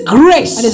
grace